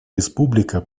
республика